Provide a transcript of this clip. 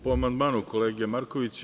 Po amandmanu kolege Markovića.